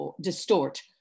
distort